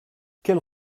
quelle